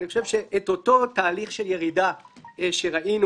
אני חושב שאת אותו תהליך של ירידה שראינו